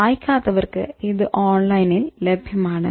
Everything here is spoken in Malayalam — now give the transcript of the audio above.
വായിക്കാത്തവർക്ക് ഇത് ഓൺലൈനിൽ ലഭ്യമാണ്